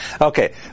Okay